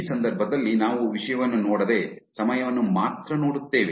ಈ ಸಂದರ್ಭದಲ್ಲಿ ನಾವು ವಿಷಯವನ್ನು ನೋಡದೆ ಸಮಯವನ್ನು ಮಾತ್ರ ನೋಡುತ್ತೇವೆ